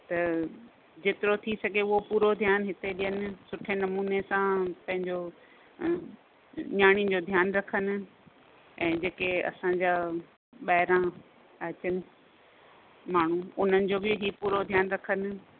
त जेतिरो थी सघे उहो पूरो ध्यानु हिते ॾियनि सुठे नमूने सां पंहिंजो नियाणियुनि जो ध्यानु रखनि ऐं जेके असांजा ॿाहिरां अचनि माण्हू उन्हनि जो बि हीउ पूरो ध्यानु रखनि